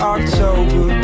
October